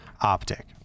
optic